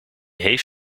heeft